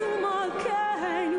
לכולם.